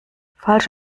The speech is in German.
falsch